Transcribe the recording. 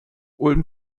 ulm